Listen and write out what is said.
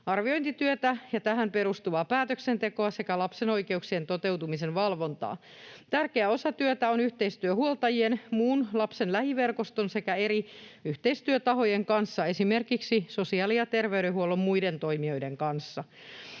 arviointityötä ja tähän perustuvaa päätöksentekoa sekä lapsen oikeuksien toteutumisen valvontaa. Tärkeä osa työtä on yhteistyö huoltajien, muun lapsen lähiverkoston sekä eri yhteistyötahojen kanssa, esimerkiksi sosiaali- ja terveydenhuollon muiden toimijoiden kanssa.